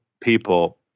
people